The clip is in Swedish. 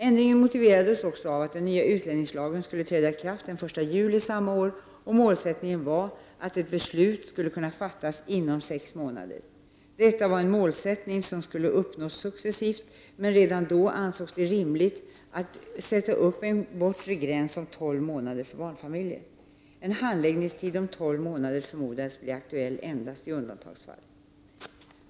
Ändringen motiverades också av att den nya utlänningslagen skulle träda i kraft den 1 juli samma år och att målsättningen var att ett slutligt beslut skulle kunna fattas inom sex månader. Detta var en målsättning som skulle uppnås successivt, men redan då ansågs det rimligt att sätta upp en bortre gräns om tolv månader för barnfamiljer. En handläggningstid om tolv månader förmodades bli aktuell endast i undantagsfall.